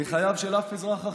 מחייו של אף אזרח אחר,